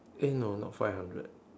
eh no not five hundred